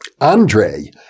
Andre